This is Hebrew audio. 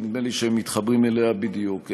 כי נדמה לי שהם מתחברים לכך בדיוק.